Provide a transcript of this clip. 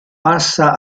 passa